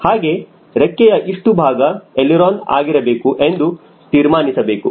ಹಾಗೆ ರೆಕ್ಕೆಯ ಇಷ್ಟು ಭಾಗ ಎಳಿರೋನ ಆಗಿರಬೇಕು ಎಂದು ತೀರ್ಮಾನಿಸಬೇಕು